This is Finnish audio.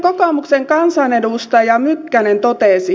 kokoomuksen kansanedustaja mykkänen totesi